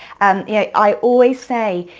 and yeah i always say,